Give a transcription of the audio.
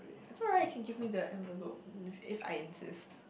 it's alright can give me the envelope if if I insist